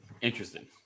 Interesting